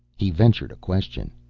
he ventured a question.